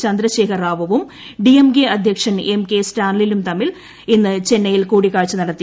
ചന്ദ്രശേഖർ റാവുവും D M K അധ്യക്ഷൻ M K Stalin തമ്മിൽ ഇന്ന് ചെന്നൈയിൽ കൂടിക്കാഴ്ച നടത്തി